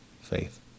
faith